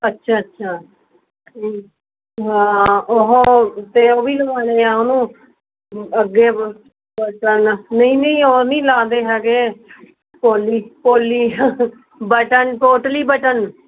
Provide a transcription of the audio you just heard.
ਅੱਛਾ ਅੱਛਾ ਠੀਕ ਅਤੇ ਹਾਂ ਉਹ ਅਤੇ ਉਹ ਵੀ ਲਵਾਉਣੇ ਹੈ ਉਹਨੂੰ ਅੱਗੇ ਬ ਬਟਨ ਨਹੀਂ ਨਹੀਂ ਉਹ ਨਹੀਂ ਲਾਉਂਦੇ ਹੈਗੇ ਕੋਲੀ ਕੋਲੀ ਬਟਨ ਕੋਟਲੀ ਬਟਨ